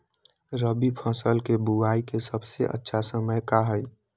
रबी फसल के बुआई के सबसे अच्छा समय का हई?